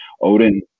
Odin